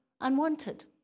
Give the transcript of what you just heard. unwanted